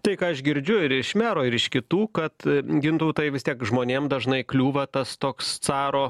tai ką aš girdžiu ir iš mero ir iš kitų kad gintautai vis tiek žmonėm dažnai kliūva tas toks caro